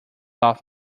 off